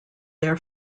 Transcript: their